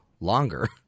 longer